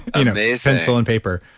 and amazing pencil and paper.